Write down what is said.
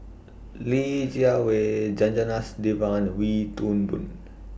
Li Jiawei Janadas Devan and Wee Toon Boon